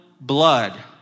blood